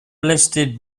listed